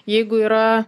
jeigu yra